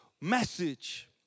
message